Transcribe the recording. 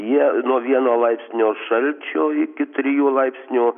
jie nuo vieno laipsnio šalčio iki trijų laipsnių